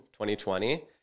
2020